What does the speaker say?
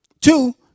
Two